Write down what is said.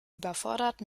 überfordert